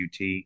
UT